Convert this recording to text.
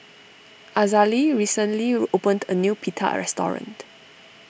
Azalee recently opened a new Pita restaurant